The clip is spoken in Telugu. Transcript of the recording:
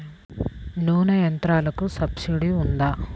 నూనె యంత్రాలకు సబ్సిడీ ఉందా?